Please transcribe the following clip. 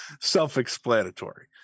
self-explanatory